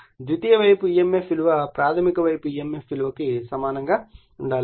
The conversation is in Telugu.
ద్వితీయ వైపు emf విలువ ప్రాథమిక వైపు emf విలువకు సమానంగా ఉండాలి